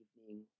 evening